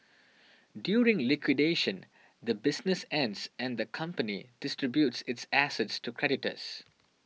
during liquidation the business ends and the company distributes its assets to creditors